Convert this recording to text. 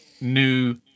new